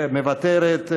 מוותרת,